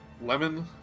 lemon